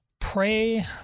Pray